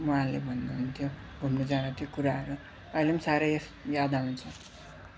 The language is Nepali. उहाँले भन्नुहुन्थ्यो घुम्न जाँदा त्यो कुराहरू अहिले पनि साह्रै याद आउँछ